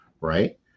right